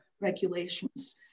regulations